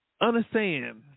understand